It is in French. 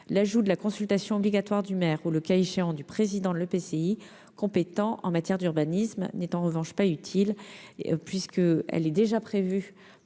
mention de la consultation obligatoire du maire ou, le cas échéant, du président de l'EPCI compétent en matière d'urbanisme n'est en revanche pas utile, puisque cette